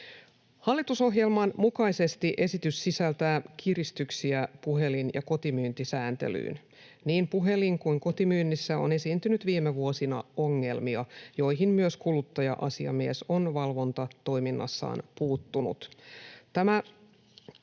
Hallitusohjelman mukaisesti esitys sisältää kiristyksiä puhelin- ja kotimyyntisääntelyyn. Niin puhelin- kuin kotimyynnissä on esiintynyt viime vuosina ongelmia, joihin myös kuluttaja-asiamies on valvontatoiminnassaan puuttunut.